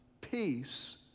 peace